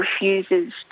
refuses